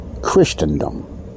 Christendom